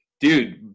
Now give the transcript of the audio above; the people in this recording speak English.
Dude